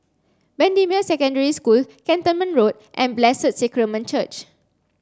Bendemeer Secondary School Cantonment Road and Blessed Sacrament Church